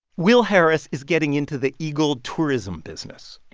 will harris is getting into the eagle tourism business